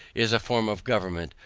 is a form of government,